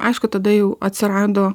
aišku tada jau atsirado